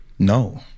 no